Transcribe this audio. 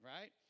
Right